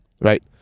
Right